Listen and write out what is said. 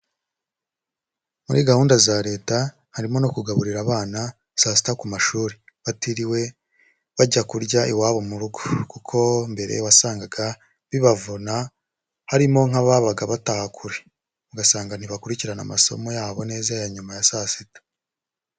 Muri gahunda za Leta harimo no kugaburira abana saa sita ku mashuri, batiriwe bajya kurya iwabo mu rugo kuko mbere wasangaga bibavuna harimo nk'ababaga bataha kure, ugasanga ntibakurikirana amasomo yabo neza ya nyuma ya saa sita.